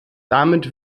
damit